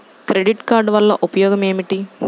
Credit card వల్ల ఉపయోగం ఏమిటీ?